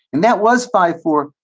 and that was five four,